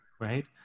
right